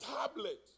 tablet